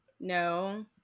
no